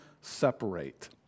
separate